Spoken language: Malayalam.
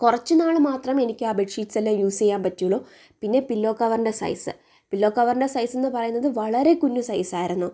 കുറച്ച് നാളു മാത്രം എനിക്ക് ആ ബെഡ് ഷീറ്റ്സെല്ലാം യൂസ് ചെയ്യാൻ പറ്റിയുള്ളു പിന്നെ പില്ലോ കവറിൻ്റെ സൈസ് പില്ലോ കവറിൻ്റെ സൈസെന്നു പറയുന്നത് വളരെ കുഞ്ഞ് സൈസായിരുന്നു